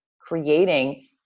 creating